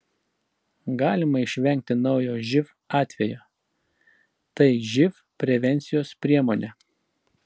galima išvengti naujo živ atvejo tai živ prevencijos priemonė